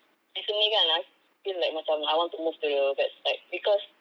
recently kan I feel like macam I want to move to the west side because